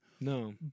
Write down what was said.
No